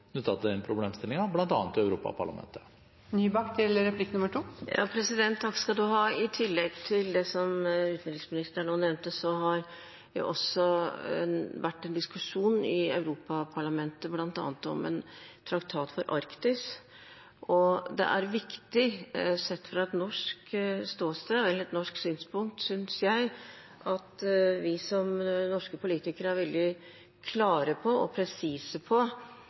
ut til 12 nautiske mil og utenfor 12 nautiske mil vi er avhengig av å øke forståelsen knyttet til den problemstillingen, bl.a. i Europaparlamentet. I tillegg til det som utenriksministeren nå nevnte, har det også vært en diskusjon i Europaparlamentet om bl.a. en traktat for Arktis. Det er viktig sett fra et norsk synspunkt, synes jeg, at vi som norske politikere er veldig klare og presise på